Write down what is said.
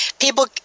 People